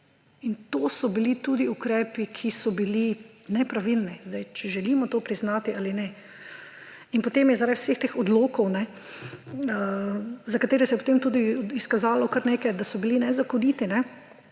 In to so bili tudi ukrepi, ki so bili nepravilni, če želimo to priznati ali ne. Potem je zaradi vseh teh odlokov, za katere se je potem tudi izkazalo za kar nekaj, da so bili nezakoniti,